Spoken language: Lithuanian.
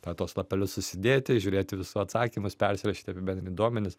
tada tuos lapelius susidėti žiūrėti visų atsakymus persirašyti apibendrint duomenis